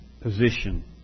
position